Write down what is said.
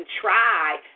try